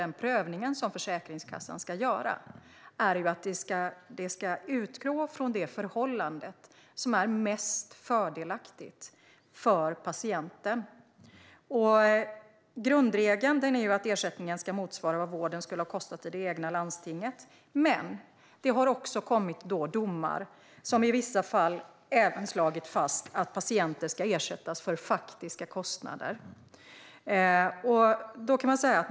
Den prövning som Försäkringskassan ska göra ska utgå från det förhållande som är mest fördelaktigt för patienten. Grundregeln är att ersättningen ska motsvara vad vården skulle ha kostat i det egna landstinget. Men det har kommit vissa domar som även slagit fast att patienter ska ersättas för faktiska kostnader.